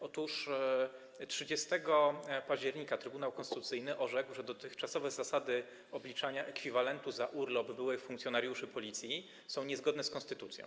Otóż 30 października Trybunał Konstytucyjny orzekł, że dotychczasowe zasady obliczania ekwiwalentu za urlop byłych funkcjonariuszy Policji są niezgodne z konstytucją.